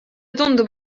tundub